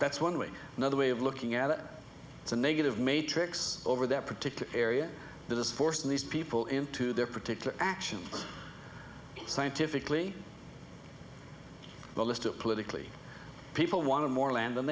that's one way another way of looking at it it's a negative matrix over that particular area that is forcing these people into their particular action scientifically ballista politically people want to more land